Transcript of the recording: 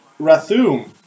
Rathum